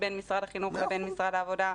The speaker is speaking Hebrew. בין משרד החינוך לבין משרד העבודה.